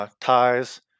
ties